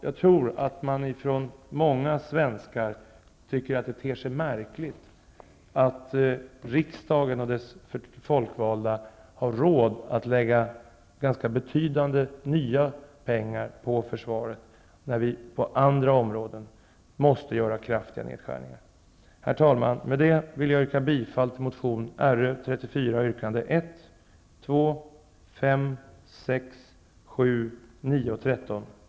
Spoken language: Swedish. Jag tror att många svenskar tycker att det ter sig märkligt att riksdagen och dess folkvalda har råd att lägga betydande mängder nya pengar på försvaret när vi på andra områden måste göra kraftiga nedskärningar. Herr talman! Med detta vill jag yrka bifall till motion Fö34 yrkande 1, 2, 5, 6, 7, 9 och 13.